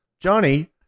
Johnny